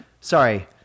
Sorry